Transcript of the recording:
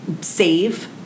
save